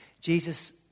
Jesus